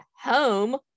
home